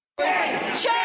Change